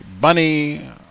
Bunny